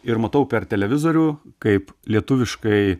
ir matau per televizorių kaip lietuviškai